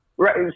Right